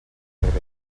ribera